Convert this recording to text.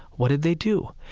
what did they do?